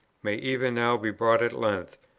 may even now be brought at length,